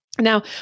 Now